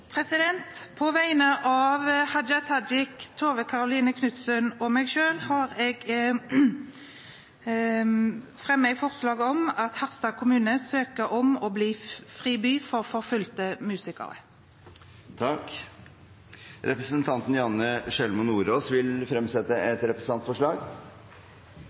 På vegne av representantene Hadia Tajik, Tove Karoline Knutsen og meg selv vil jeg framsette et representantforslag om å godkjenne Harstad kommunes søknad om å bli friby for en forfulgt musiker. Janne Sjelmo Nordås vil fremsette et representantforslag.